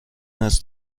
است